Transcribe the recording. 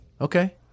Okay